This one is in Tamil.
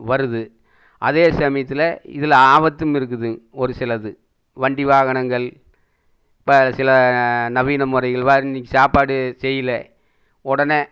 வருது அதே சமயத்தில் இதில் ஆபத்தும் இருக்குதுங்க ஒரு சிலது வண்டி வாகனங்கள் இப்போ சில நவீன முறைகள் பார் இன்னிக்கு சாப்பாடு செய்யலை உடனே